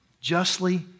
justly